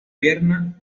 pierna